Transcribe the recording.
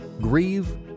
Grieve